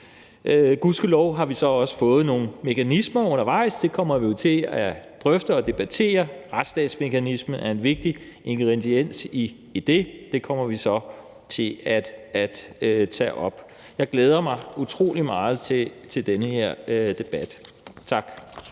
Gudskelov har vi så også fået nogle mekanismer undervejs, og det kommer vi jo til at drøfte og debattere, retstatsmekanismen er en vigtig ingrediens i det, og det kommer vi så til at tage op, og jeg glæder mig utrolig meget til den her debat. Tak.